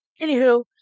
anywho